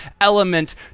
element